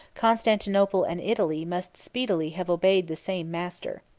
constantinople and italy must speedily have obeyed the same master.